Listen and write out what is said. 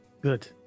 good